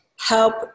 help